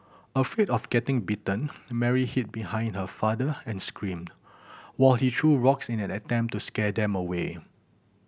afraid of getting bitten Mary hid behind her father and screamed while he threw rocks in an attempt to scare them away